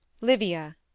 Livia